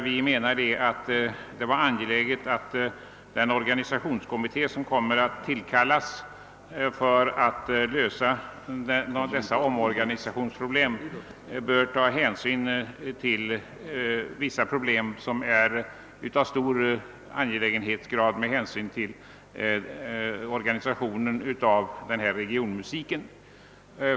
Vi menar att det är angeläget att den organisationskommitté som kommer att tillkallas för att genomföra omorganisationen bör beakta vissa mycket angelägna problem beträffande organisationen av regionmusiken.